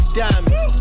diamonds